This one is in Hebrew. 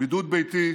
בידוד ביתי,